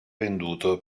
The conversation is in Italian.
venduto